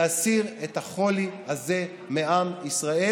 להסיר את החולי הזה מעם ישראל,